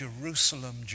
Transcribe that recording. Jerusalem